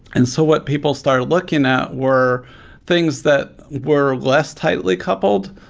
and so what people started looking at were things that were less tightly coupled,